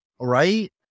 right